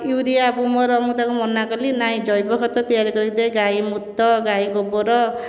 urea Gromor ମୁଁ ତାକୁ ମନା କଲି ନାଇଁ ଜୈବ ଖତ ତିଆରି କରି ଦେ ଗାଈ ମୁତ ଗାଈ ଗୋବର